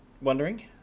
wondering